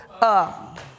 up